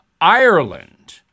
Ireland